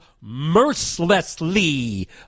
mercilessly